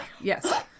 Yes